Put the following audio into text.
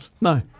No